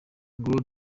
nguwo